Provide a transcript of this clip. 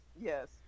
Yes